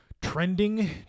Trending